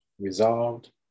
resolved